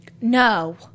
no